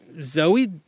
Zoe